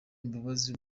imbabazi